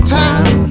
time